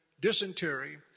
dysentery